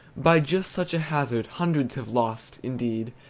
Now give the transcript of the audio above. by just such a hazard hundreds have lost, indeed,